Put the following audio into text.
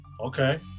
Okay